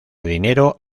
dinero